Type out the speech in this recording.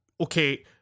okay